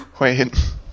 Wait